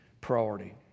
priority